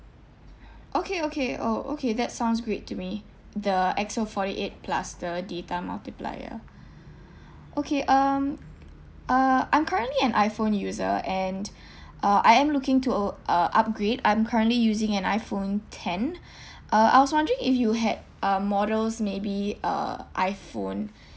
okay okay orh okay that sounds great to me the X_O forty eight plus the data multiplier okay um uh I'm currently an iphone user and uh I am looking to oo uh upgrade I'm currently using an iphone ten uh I was wondering if you had uh models maybe uh iphone